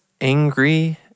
angry